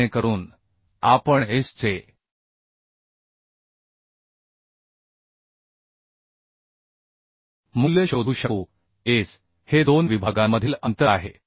जेणेकरून आपण S चे मूल्य शोधू शकू S हे दोन विभागांमधील अंतर आहे